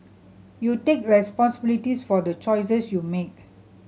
you take responsibilities for the choices should make